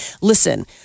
Listen